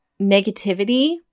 negativity